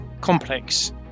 complex